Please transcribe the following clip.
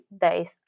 days